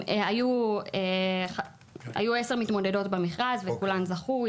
היו עשר מתמודדות במכרז וכולן זכו.